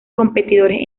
competidores